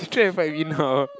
you trying to fight with me now